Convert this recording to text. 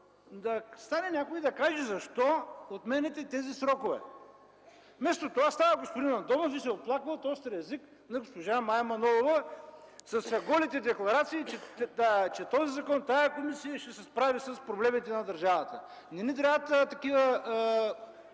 да стане и да каже защо отменяте тези срокове. Вместо това става господин Андонов и се оплаква от острия език на госпожа Мая Манолова с голите декларации, че този закон и тази комисия ще се справят с проблемите на държавата. Не ни трябват такива